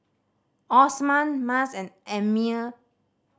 Osman Mas and Ammir